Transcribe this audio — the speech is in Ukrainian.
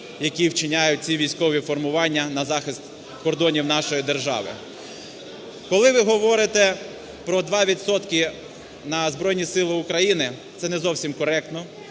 які вчиняють ці військові формування на захист кордонів нашої держави. Коли ви говорите про 2 відсотки на Збройні Сили України, це не зовсім коректно,